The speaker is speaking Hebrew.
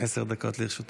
עשר דקות לרשותך.